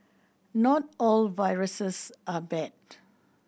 not all viruses are bad